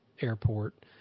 airport